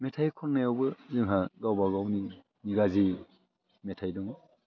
मेथाइ खन्नायावबो जोंहा गावबा गावनि निगाजि मेथाइ दङ